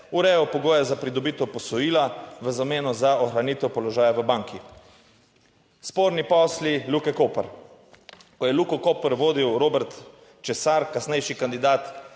urejal pogoje za pridobitev posojila v zameno za ohranitev položaja v banki. Sporni posli Luke Koper. Ko je Luko Koper vodil Robert Česar, kasnejši kandidat